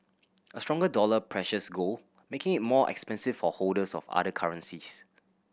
a stronger dollar pressures gold making it more expensive for holders of other currencies